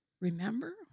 Remember